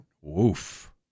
woof